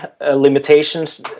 limitations